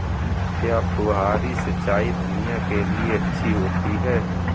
क्या फुहारी सिंचाई धनिया के लिए अच्छी होती है?